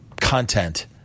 content